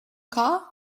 car